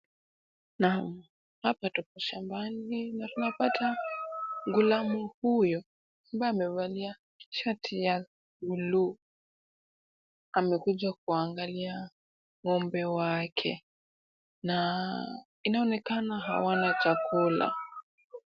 Naam, hapa tupo shambani na tunapata ghulamu huyu ambaye amevalia shati ya buluu amekuja kuangalia ng'ombe wake na inaonekana hawana chakula.